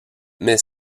mais